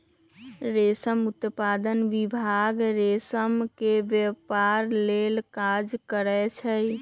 रेशम उत्पादन विभाग रेशम के व्यपार लेल काज करै छइ